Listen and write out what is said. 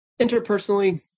interpersonally